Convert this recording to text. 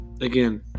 Again